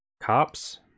cops